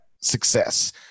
success